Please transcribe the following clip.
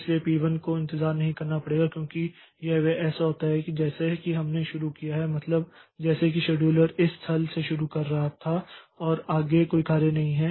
इसलिए P1 को इंतजार नहीं करना पड़ेगा क्योंकि वह ऐसा होता है जैसे कि हमने शुरू किया है मतलब जैसे कि शेड्यूलर इस स्थल से शुरू कर रहा था और आगे कोई कार्य नहीं है